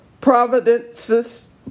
providences